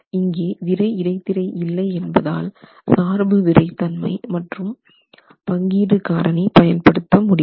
இங்கே விறைஇடைத்திரை இல்லை என்பதால் சார்பு விறைத்தன்மை மற்றும் பங்கீடு காரணி பயன்படுத்த முடியாது